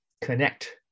connect